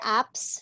apps